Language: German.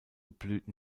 blüten